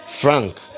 frank